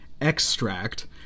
Extract